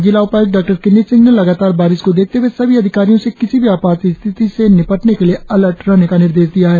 जिला उपाय्क्त डॉ किन्नी सिंह ने लगातार बारिश को देखते हए सभी अधिकारियों से किसी भी आपात स्थिति से निपटने के लिए अलर्ट रहने का निर्देश दिया है